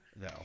No